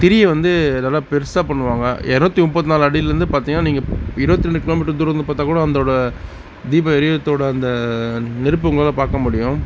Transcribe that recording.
திரியை வந்து நல்லா பெரிசா பண்ணுவாங்க இரநூத்தி முப்பத்திநாலு அடிலேருந்து பார்த்திங்னா நீங்கள் இருபத்திரெண்டு கிலோமீட்ரு தூரம் இருந்து பார்த்தாகூட அந்தோடய தீபம் எரியரத்தோட அந்த நெருப்பு உங்களால் பார்க்க முடியும்